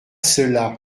cela